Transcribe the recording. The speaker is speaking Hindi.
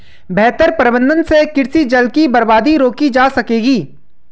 बेहतर प्रबंधन से कृषि जल की बर्बादी रोकी जा सकेगी